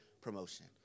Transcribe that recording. promotion